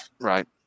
Right